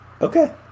okay